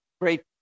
great